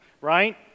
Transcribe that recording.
right